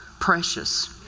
precious